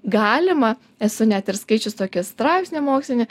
galima esu net ir skaičius tokį straipsnį mokslinį